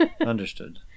Understood